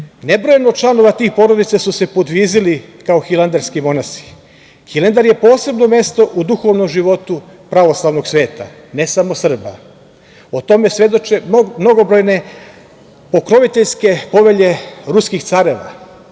Nebrojeno članova tih porodica su se podvizili kao hilandarski monasi. Hilandar je posebno mesto u duhovnom životu pravoslavnog sveta ne samo Srba. O tome svedoče mnogobrojne pokroviteljske povelje ruskih careva.